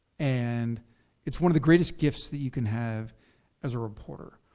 and it's one of the greatest gifts that you can have as a reporter,